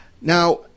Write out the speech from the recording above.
Now